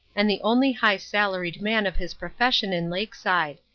and the only high-salaried man of his profession in lakeside.